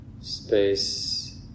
space